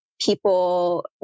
people